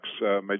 Major